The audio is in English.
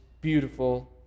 beautiful